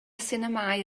sinemâu